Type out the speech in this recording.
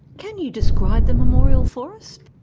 can you describe the memorial for us?